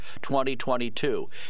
2022